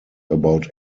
about